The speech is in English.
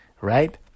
right